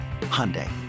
Hyundai